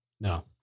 No